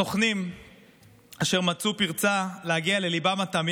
סוכנים אשר מצאו פרצה להגיע לליבם התמים